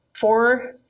four